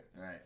Right